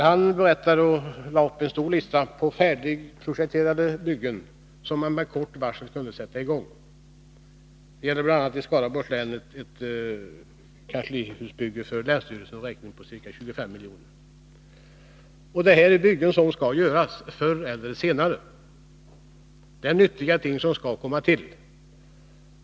Han lade fram en lång lista på färdigprojekterade byggen, som man med kort varsel skulle kunna sätta i gång. Det gällde bl.a. i Skaraborgs län en kanslibyggnad för bl.a. länsstyrelsen på ca 25 milj.kr. Detta är byggen som skall sättas i gång — förr eller senare. Det är nyttiga ting som skall komma till.